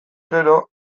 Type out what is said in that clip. gero